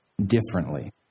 differently